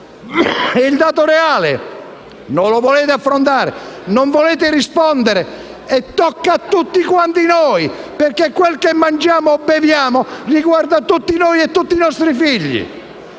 il dato reale. Non lo volete affrontare? Non volete rispondere? Tocca a tutti noi perché quel che mangiamo o beviamo riguarda tutti noi e i nostri figli.